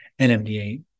NMDA